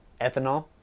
ethanol